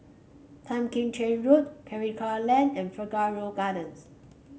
Tan Kim Cheng Road Karikal Lane and Figaro Gardens